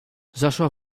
zaszła